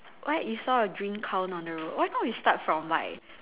what you saw a green cow on the road why don't we start from like